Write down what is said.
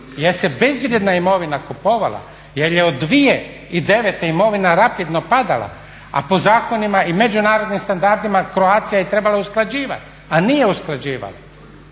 jer se bezvrijedna imovina kupovala, jer je od 2009. imovina rapidno padala, a po zakonima i međunarodnim standardima Croatia je trebala usklađivati a nije usklađivala.